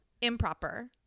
improper